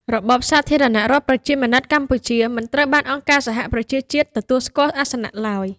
របបសាធារណរដ្ឋប្រជាមានិតកម្ពុជា មិនត្រូវបានអង្គការសហប្រជាជាតិទទួលស្គាល់អាសនៈឡើយ។